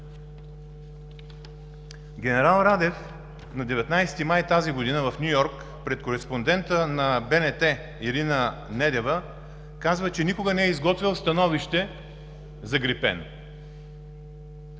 Генерал Радев на 19 май тази година в Ню Йорк пред кореспондента на БНТ Ирина Недева казва, че никога не е изготвял становище за „Грипен”.